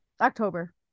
october